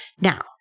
Now